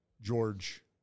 George